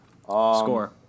Score